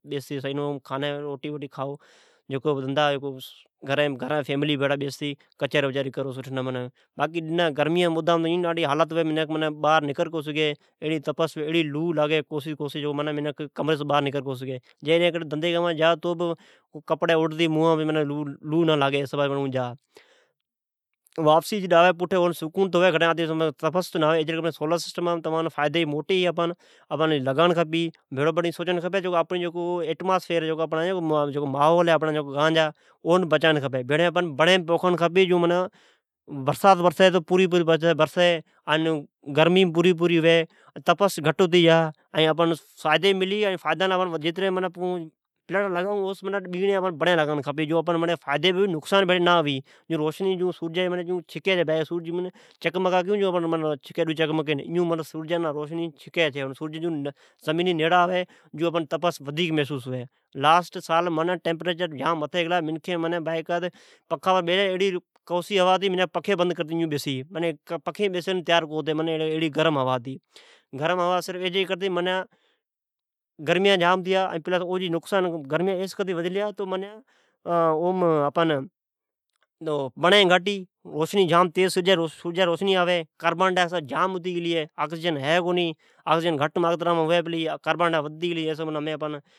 پکھین پر بستی روٹی وغیرہ کھائو پریواراس بات دجی کرو باقی گرمی جی موسمی ڈاڈی لوء لاگی منکھ بار نکر کو سگھی جیکڈھن گھرا سی بار جائی تو مونھن پر کپڑی باتی جا کان تو ایڑی کوسی کوسی لوء لاگی تو او کپڑی بانتی جا ہے جڈ واپسی اوی تو ایڑی گرمی آوی تو جڈ واپس آوی تو سقون تو ھوئی ۔ سولر سسٹم لازمی لگایڑ کھپی اوس بھڑی بھڑی بنڑ پوکھنڑکھپی تو جیون برسات برسی تو پوری پوری ء گرمی بہ پوری پوری ھووی ائیں تپس گھٹ ھوی۔ تو آپان فائیدی ھوی ءنقصان بہ نہ ھووی ھا سورجان چھکی چھی جون چکمک کئون چھکی چھی ایون چھکی جد آپان گرمی وڈیک میسوس ھووی لاسٹ سال گرمی جا ٹمپریچر جام متھی گلا ھتا منکھئن کوسی ھوا ھتی پکھئن بند کرتی بیسی کا تو پکھئن ایڑی گرم ھوا ھتی جو بیس نہ سگی ھوا ایس گرم ھتیا بنڑیں گھٹ ھی تو سورجا جی روشنی تیزآوی کاربان جام وڈی پلی آکجسن گٹ ھی ایس کرتی